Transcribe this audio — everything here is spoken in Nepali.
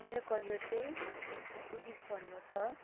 मेरो करियर चाहिँ पुलिस बन्नु छ